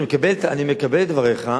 אני מקבל את דבריך.